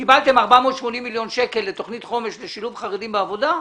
קיבלתם 484 מיליון שקלים לתוכנית חומש לשילוב חרדים בעבודה,